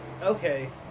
Okay